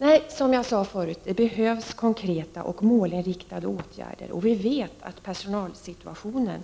Nej, som jag sade förut, det behövs konkreta och målinriktade åtgärder, och vi vet att personalsituationen